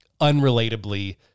unrelatably